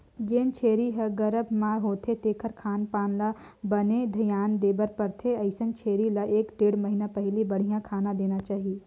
जेन छेरी ह गरभ म होथे तेखर खान पान ल बने धियान देबर परथे, अइसन छेरी ल एक ढ़ेड़ महिना पहिली बड़िहा खाना देना चाही